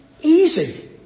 easy